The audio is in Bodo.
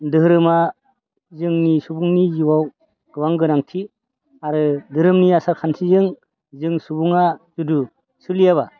धोरोमा जोंनि सुबुंनि जिउआव गोबां गोनांथि आरो धोरोमनि आसार खान्थिजों जों सुबुङा जुदु सोलियाब्ला